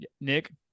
Nick